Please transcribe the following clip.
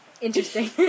Interesting